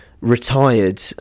retired